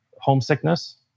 homesickness